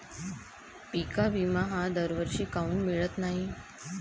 पिका विमा हा दरवर्षी काऊन मिळत न्हाई?